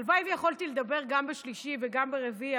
הלוואי שיכולתי לדבר גם בשלישי וגם ברביעי,